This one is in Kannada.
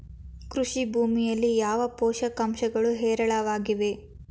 ಕೃಷಿ ಭೂಮಿಯಲ್ಲಿ ಯಾವ ಪೋಷಕಾಂಶಗಳು ಹೇರಳವಾಗಿವೆ?